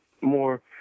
more